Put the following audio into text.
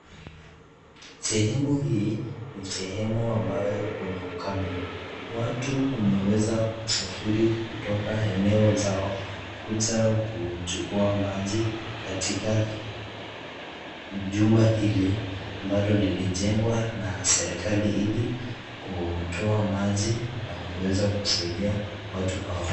Sehemu hii ni sehemu ambayo kuna ukame, watu wameweza kusafiri kutoka eneo zao kuja kuchukua maji katika jumba hili ambalo lilijengwa na serekali ili kutoa maji na kuweza kusaidia watu hao.